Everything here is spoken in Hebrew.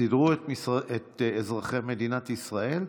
סידרו את אזרחי מדינת ישראל,